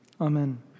Amen